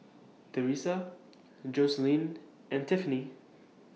Teresa Joseline and Tiffany